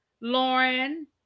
Lauren